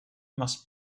must